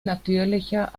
natürlicher